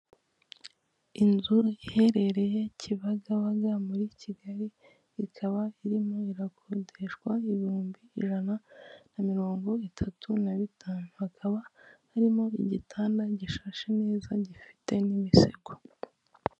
inzu iherereye Kibagabaga muri Kigali, ikaba irimo irakodeshwa ibihumbi ijana na mirongo itatu na bitanu, hakaba harimo igitanda gishashe neza gifite n'imisego.